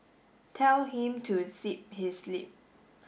tell him to zip his lip